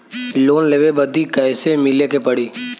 Loan लेवे बदी कैसे मिले के पड़ी?